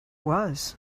was